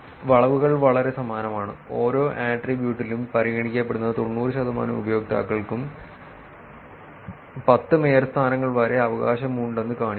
വളവുകൾ വളരെ സമാനമാണ് ഓരോ ആട്രിബ്യൂട്ടിലും പരിഗണിക്കപ്പെടുന്ന 90 ശതമാനം ഉപയോക്താക്കൾക്കും 10 മേയർ സ്ഥാനങ്ങൾ വരെ അവകാശമുണ്ടെന്ന് കാണിക്കുന്നു